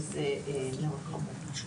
וזה מאוד חבל.